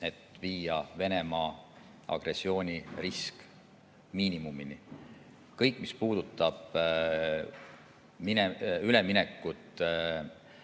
et viia Venemaa agressiooni risk miinimumini. Kõik, mis puudutab üleminekut